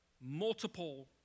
multiple